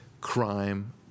crime